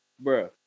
bro